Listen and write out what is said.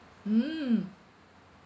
mm